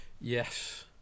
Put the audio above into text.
Yes